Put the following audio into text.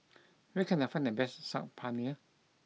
where can I find the best Saag Paneer